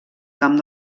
camp